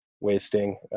wasting